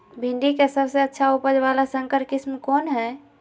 भिंडी के सबसे अच्छा उपज वाला संकर किस्म कौन है?